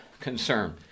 concern